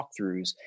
walkthroughs